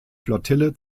flottille